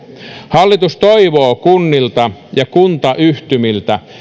hallitus toivoo kunnilta ja kuntayhtymiltä